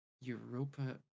Europa